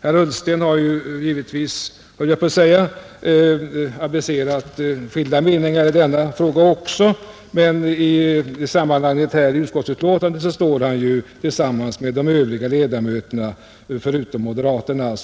Herr Ullsten har — givetvis, höll jag på att säga — uttalat två meningar också i denna fråga, men i utskottsbetänkandet har han anslutit sig till samma linje som de övriga ledamöterna förutom moderaterna.